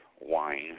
wine